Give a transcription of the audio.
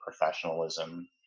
professionalism